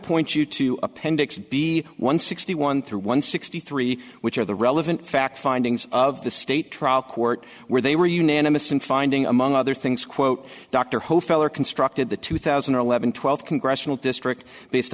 point you to appendix b one sixty one through one sixty three which are the relevant facts findings of the state trial court where they were unanimous in finding among other things quote dr who fell or constructed the two thousand and eleven twelve congressional district based